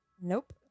Nope